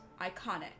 iconic